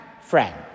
friend